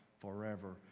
forever